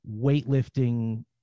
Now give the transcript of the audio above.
weightlifting